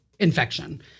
Infection